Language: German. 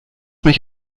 mich